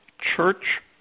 Church